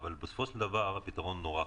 אבל בסופו של דבר הפתרון הוא מאוד קל.